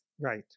Right